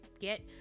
get